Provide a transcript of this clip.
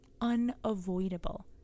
unavoidable